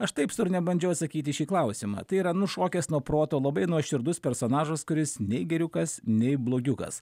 aš taip sau ir nebandžiau atsakyti į šį klausimą tai yra nušokęs nuo proto labai nuoširdus personažas kuris nei geriukas nei blogiukas